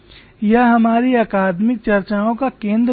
यह हमारी अकादमिक चर्चाओं का केंद्र बिंदु है